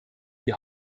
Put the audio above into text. die